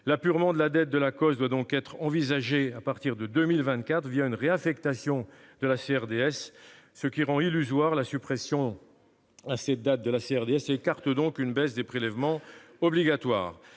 L'apurement de la dette de l'Acoss doit donc être envisagé à partir de 2024 via une réaffectation de la CRDS, ce qui rend illusoire sa suppression à cette date et écarte une baisse des prélèvements obligatoires.